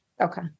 Okay